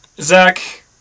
Zach